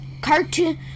Cartoon